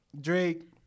Drake